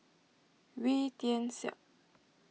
Wee Tian Siak